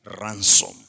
ransom